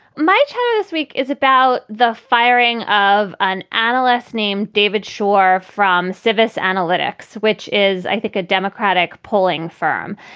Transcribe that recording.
my child this week is about the firing of an analyst named david shaw from civis analytics, which is, i think, a democratic polling firm.